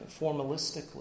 formalistically